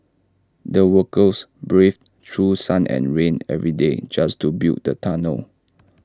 the workers braved through sun and rain every day just to build the tunnel